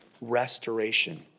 restoration